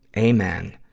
amen!